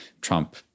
Trump